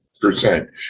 percent